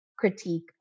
critique